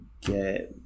get